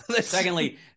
secondly